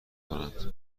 کنند